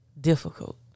difficult